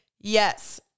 Yes